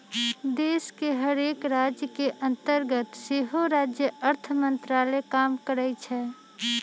देश के हरेक राज के अंतर्गत सेहो राज्य अर्थ मंत्रालय काम करइ छै